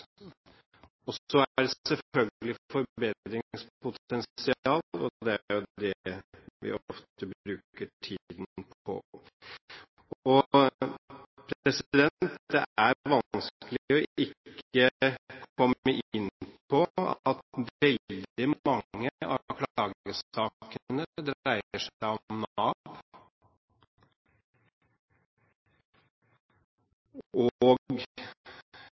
er selvfølgelig et forbedringspotensial, og det er jo det vi ofte bruker tiden på. Det er vanskelig ikke å komme inn på at veldig mange av klagesakene dreier seg om Nav og